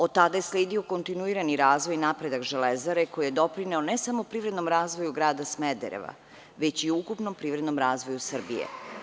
Od tada je sledio kontinuirani razvoj i napredak Železare koji je doprineo ne samo privrednom razvoju grada Smedereva, već i ukupnom privrednom razvoju Srbije.